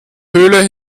höhle